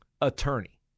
attorney